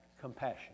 compassion